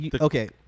okay